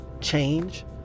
change